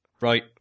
right